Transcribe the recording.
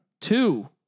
Two